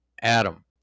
Adam